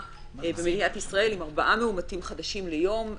במדינת ישראל עם ארבעה מאומתים חדשים ליום,